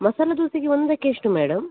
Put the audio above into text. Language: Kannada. ಮಸಾಲ ದೋಸೆಗೆ ಒಂದಕ್ಕೆ ಎಷ್ಟು ಮೇಡಮ್